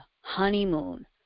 honeymoon